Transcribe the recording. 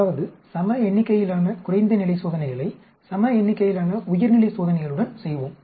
அதாவது சம எண்ணிக்கையிலான குறைந்த நிலை சோதனைகளை சம எண்ணிக்கையிலான உயர்நிலை சோதனைகளுடன் செய்வோம்